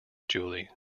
julie